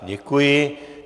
Děkuji.